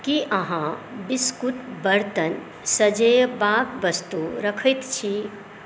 की अहाँ बिस्कुट बर्तन सजयबाक वस्तु रखैत छी